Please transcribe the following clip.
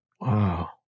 Wow